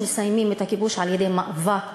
מסיימים את הכיבוש על-ידי מאבק